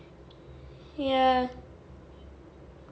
ya